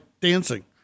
dancing